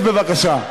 בבקשה.